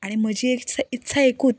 आनी म्हजी इत्सा एकूच